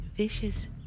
vicious